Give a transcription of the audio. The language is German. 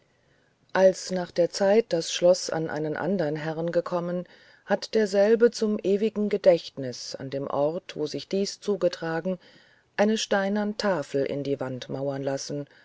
als nach der zeit das schloß an einen andern herren gekommen hat derselbe zum ewigen gedächtnis an dem ort wo sich dies zugetragen eine steinern tafel in die wand mauern lassen